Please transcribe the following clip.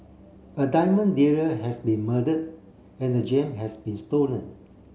a diamond dealer has been murdered and the gem has been stolen